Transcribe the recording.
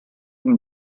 can